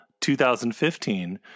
2015